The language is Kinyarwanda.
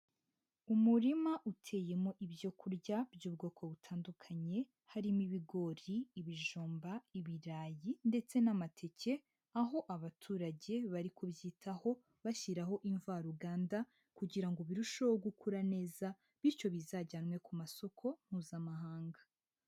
Umurima uteyemo ibyo kurya by'ubwoko butandukanye, harimo ibigori, ibijumba, ibirayi ndetse n'amateke, aho abaturage bari kubyitaho bashyiraho imvaruganda, kugira birusheho gukura neza, bityo bizajyanwe ku masoko mpuzamahanga.